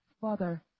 Father